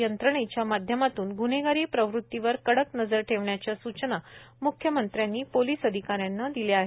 या यंत्रणेच्या माध्यमातून ग्न्हेगारी प्रवृत्तीवर कडक नजर ठेवण्याच्या स़चना मख्यमंत्र्यानी पोलिस अधिका यांना दिल्या आहेत